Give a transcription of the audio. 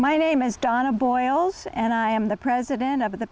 my name is donna boyles and i am the president of the